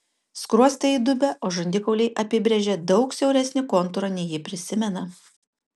skruostai įdubę o žandikauliai apibrėžia daug siauresnį kontūrą nei ji prisimena